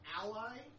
ally